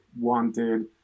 wanted